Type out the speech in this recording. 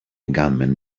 gunman